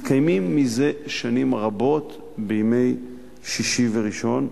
מתקיימים מזה שנים רבות בימי שישי וראשון,